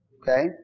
Okay